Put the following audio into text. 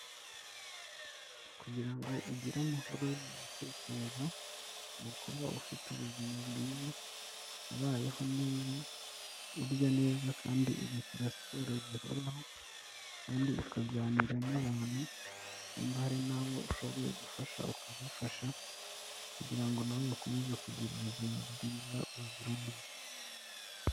Kugira ngo ugire amahoro mu bitekerezo mu kuba ufite ubuzima bwiza ubayeho neza, urya neza kandi ugakora siporo zihoraho, kandi ukaganira n'abantu nimba hari n'abo ushoboye gufasha ukabafasha, kugira ngo na bo bakomeze kugira ubuzima bwiza buzira umuze.